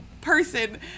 person